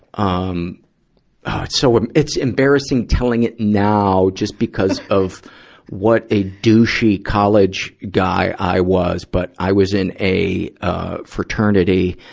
um, ah, it's so em, it's embarrassing telling it now just because of what a douchey college guy i was. but i was in a, ah, fraternity.